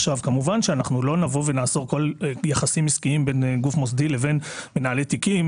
וכמובן לא נאסור כל יחסים עסקיים בין גוף מוסדי לבין מנהלי תיקים.